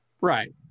Right